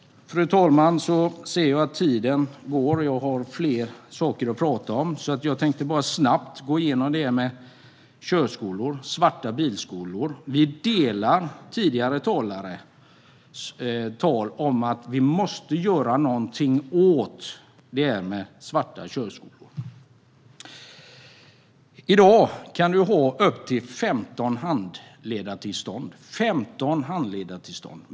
Fru talman! Jag ser att tiden går, och jag har fler saker att prata om. Jag tänkte bara snabbt gå in på detta med körskolor - svarta bilskolor. Vi delar tidigare talares uppfattning att vi måste göra något åt detta med svarta körskolor. I dag kan man ha upp till 15 handledartillstånd.